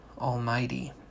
Almighty